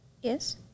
Yes